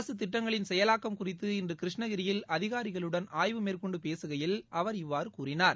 அரசுத் திட்டங்களின் செயலாக்கம் குறித்து இன்று கிருஷ்ணகிரியில் அதிகாரிகளுடன் ஆய்வு மேற்கொண்டு பேசுகையில் அவர் இவ்வாறு கூறினார்